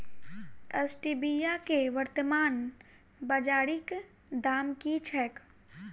Stevia केँ वर्तमान बाजारीक दाम की छैक?